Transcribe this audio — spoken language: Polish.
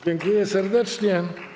Dziękuję serdecznie.